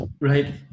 Right